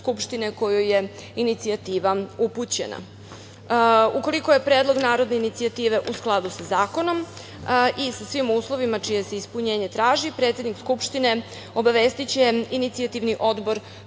kojoj je inicijativa upućena. Ukoliko je predlog narodne inicijative u skladu sa zakonom i sa svim uslovima čije se ispunjenje traži, predsednik Skupštine obavestiće inicijativni odbor